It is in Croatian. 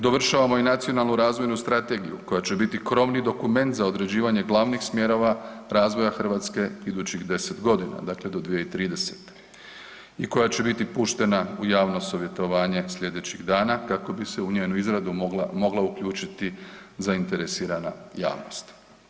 Dovršavamo i Nacionalnu razvojnu strategiju koja će biti krovni dokument za određivanje glavnih smjerova razvoja Hrvatske idućih 10 godina, dakle do 2030. i koja će biti puštena u javno savjetovanje sljedećih dana kako bi se u njenu izradu mogla uključiti zainteresirana javnost.